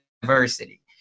diversity